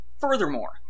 Furthermore